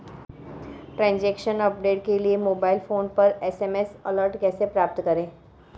Transaction update के लिए mobile phone पर एस.एम.एस अलर्ट कैसे प्राप्त करें?